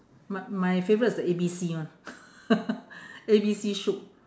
my my favourite is the A B C one A B C soup